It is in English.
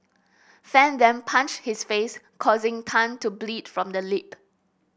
fan then punched his face causing Tan to bleed from the lip